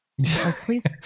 please